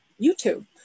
YouTube